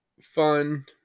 fun